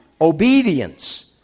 obedience